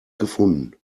gefunden